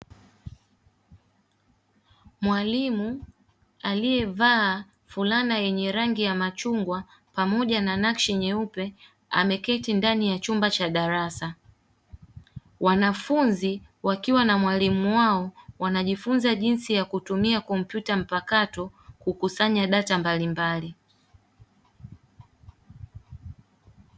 Mwalimu aliyevaa fulana yenye rangi ya machungwa pamoja na nakshi nyeupe, ameketi ndani ya chumba cha darasa. Wanafunzi wakiwa na mwalimu wao, wanajifunza jinsi ya kutumia kompyuta mpakato kukusanya data mbalimbali.